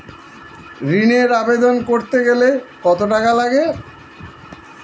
ঋণের আবেদন করতে গেলে কত টাকা লাগে?